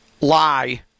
lie